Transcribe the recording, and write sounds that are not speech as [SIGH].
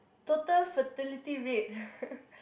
total fertility rate [LAUGHS]